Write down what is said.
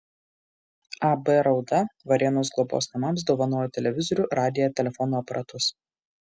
ab rauda varėnos globos namams dovanojo televizorių radiją telefono aparatus